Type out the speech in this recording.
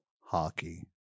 hockey